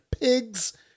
pigs